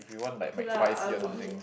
okay lah I will eat